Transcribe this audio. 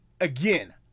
again